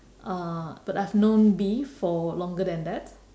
uh but I've known B for longer than that